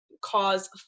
cause